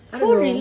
I don't know